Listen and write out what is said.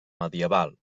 medieval